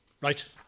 Right